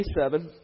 27